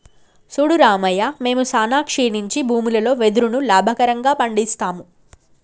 సూడు రామయ్య మేము సానా క్షీణించి భూములలో వెదురును లాభకరంగా పండిస్తాము